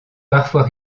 parfois